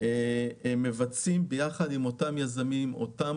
אנחנו מבצעים יחד עם אותם יזמים ועם אותן